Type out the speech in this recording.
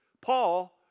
Paul